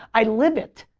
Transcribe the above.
i live it.